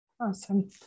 Awesome